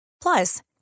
plus